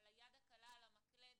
על היד הקלה על המקלדת,